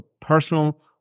personal